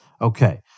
Okay